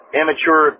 amateur